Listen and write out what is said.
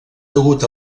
degut